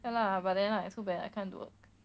ya lah but then like too bad I can't do